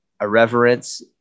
irreverence